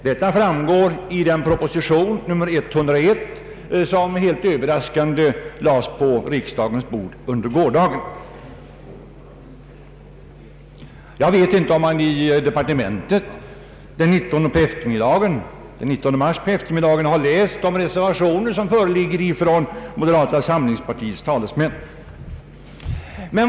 Detta framgår också av proposition nr 101 som helt överraskande lades på riksdagens bord under gårdagen. Jag vet inte om man i departementet den 19 mars på eftermiddagen hade hunnit läsa de reservationer som mode rata samlingspartiets talesmän avgivit.